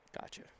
Gotcha